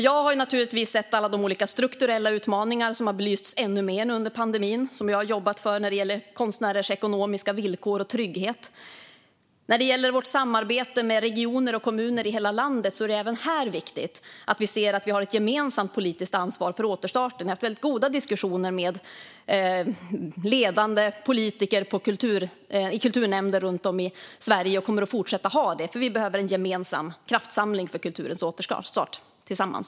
Jag har sett alla de olika strukturella utmaningar som har belysts ännu mer nu under pandemin, och där har jag jobbat för konstnärers ekonomiska villkor och trygghet. När det gäller vårt samarbete med regioner och kommuner i hela landet är det även där viktigt att vi ser att vi har ett gemensamt politiskt ansvar för återstarten. Vi har haft väldigt goda diskussioner med ledande politiker i kulturnämnder runt om i Sverige och kommer att fortsätta att ha det, för vi behöver en gemensam kraftsamling för kulturens återstart, tillsammans.